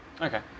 Okay